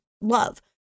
love